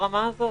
ברמה הזאת.